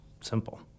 Simple